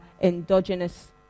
endogenous